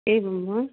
एवं वा